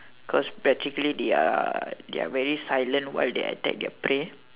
cause practically they are they are very silent while they attack their prey